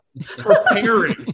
Preparing